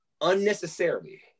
unnecessarily